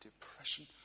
depression